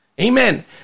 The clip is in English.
Amen